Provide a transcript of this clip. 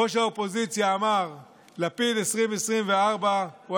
ראש האופוזיציה אמר "לפיד 2024"; הוא